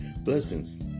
Blessings